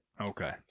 okay